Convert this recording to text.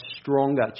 stronger